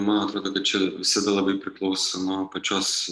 man atrodo kad čia visada labai priklauso nuo pačios